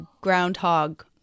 groundhog